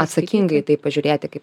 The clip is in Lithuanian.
atsakingai į tai pažiūrėti kaip